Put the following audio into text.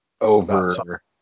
Over